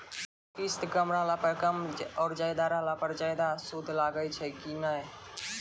किस्त कम रहला पर कम और ज्यादा रहला पर ज्यादा सूद लागै छै कि नैय?